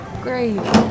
Great